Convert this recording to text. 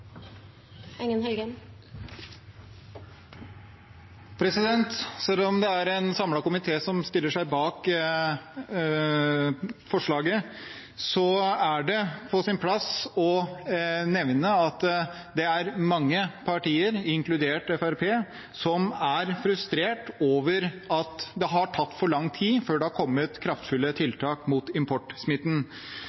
en samlet komité som stiller seg bak forslaget, er det på sin plass å nevne at det er mange partier, inkludert Fremskrittspartiet, som er frustrert over at det har tatt for lang tid før det har kommet kraftfulle